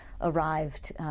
arrived